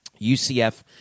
UCF